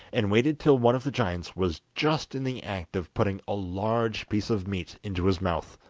and waited till one of the giants was just in the act of putting a large piece of meat into his mouth.